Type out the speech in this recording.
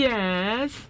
Yes